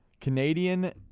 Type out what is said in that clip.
Canadian